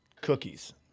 Cookies